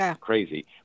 crazy